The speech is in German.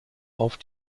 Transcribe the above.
auf